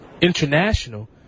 international